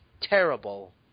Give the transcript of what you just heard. terrible